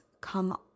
come